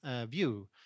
view